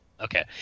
Okay